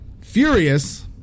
Furious